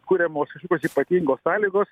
kuriamos ypatingos sąlygos